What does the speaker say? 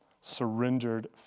Surrendered